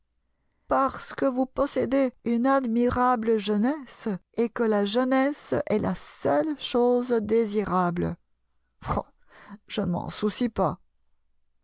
parce que vous possédez une admirable jeunesse et que la jeunesse est la seule chose désirable je ne m'en soucie pas